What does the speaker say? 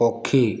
ପକ୍ଷୀ